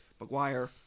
McGuire